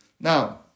Now